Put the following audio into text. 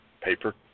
paper